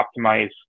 optimize